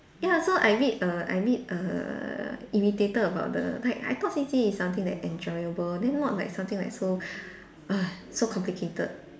ya so I a bit err I a bit err irritated about the like I thought C_C_A is something that enjoyable then not like something like so so complicated